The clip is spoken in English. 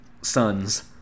sons